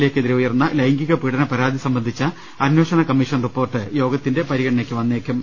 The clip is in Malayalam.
എക്കെതിരെ ഉയർന്ന ലൈംഗിക പീഡന പരാതി സംബന്ധിച്ച അന്വേഷണ കമ്മീഷൻ റിപ്പോർട്ട് യോഗത്തിന്റെ പരിഗണനയ്ക്ക് വന്നേക്കും